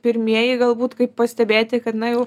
pirmieji galbūt kaip pastebėti kad na jau